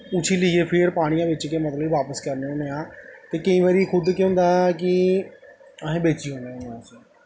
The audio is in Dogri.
उसी लेइयै फिर पानियै बिच्च गै मतलब कि बापस करने होन्ने आं ते केईं बारी खुद केह् होंदा ऐ कि असें बेची ओड़ने होन्ने आं